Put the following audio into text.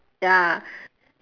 ya